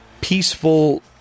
peaceful